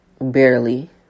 barely